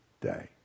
day